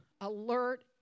alert